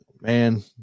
man